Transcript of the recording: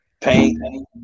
Paint